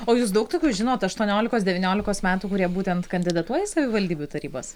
o jūs daug tokių žinot aštuoniolikos devyniolikos metų kurie būtent kandidatuoja į savivaldybių tarybas